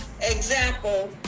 example